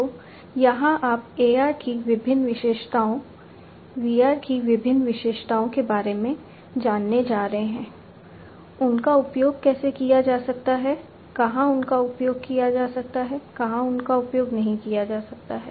तो यहाँ आप AR की विभिन्न विशेषताओं VR की विभिन्न विशेषताओं के बारे में जानने जा रहे हैं उनका उपयोग कैसे किया जा सकता है कहाँ उनका उपयोग किया जा सकता है कहाँ उनका उपयोग नहीं किया जा सकता है